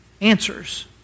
answers